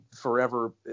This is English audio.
forever